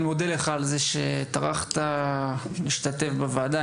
אני מודה לך על זה שטרחת להשתתף בוועדה,